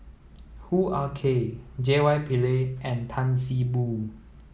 Hoo Ah Kay J Y Pillay and Tan See Boo